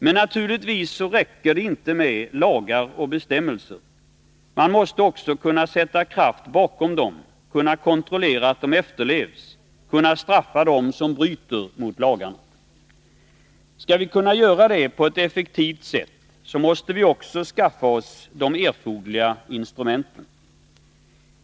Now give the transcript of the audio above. Men naturligtvis räcker det inte med lagar och bestämmelser. Man måste också kunna sätta kraft bakom dessa, kunna kontrollera att de efterlevs och kunna straffa dem som bryter mot lagarna. Skall vi kunna göra det på ett effektivt sätt, måste vi också skaffa oss de erforderliga instrumenten.